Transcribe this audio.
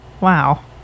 Wow